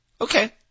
Okay